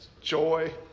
Joy